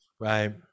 Right